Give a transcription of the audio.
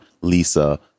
Lisa